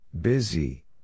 Busy